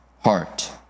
heart